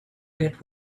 get